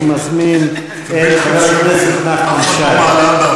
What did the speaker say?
אני מזמין את חבר הכנסת נחמן שי.